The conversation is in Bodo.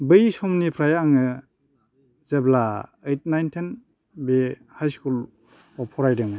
बै समनिफ्राय आङो जेब्ला ओइद नाइन टेन बे हाय स्कुलाव फरायदोंमोन